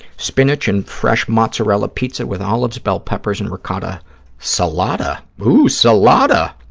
spinach and fresh mozzarella pizza with olives, bell peppers and ricotta salata. ooh, salata.